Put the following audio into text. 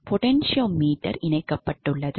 potentiometer இணைக்கப்பட்டுள்ளது